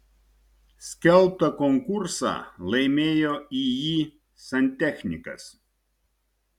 skelbtą konkursą laimėjo iį santechnikas